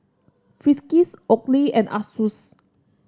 Friskies Oakley and Asus